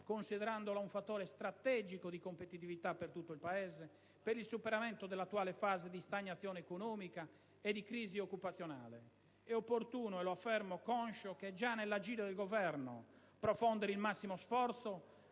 considerandola un fattore strategico di competitività per tutto il Paese, per il superamento dell'attuale fase di stagnazione economica e di crisi occupazionale. È opportuno, e lo affermo conscio che è già nell'agire del Governo, profondere il massimo sforzo